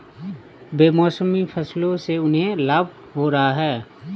बेमौसमी फसलों से उन्हें लाभ हो रहा है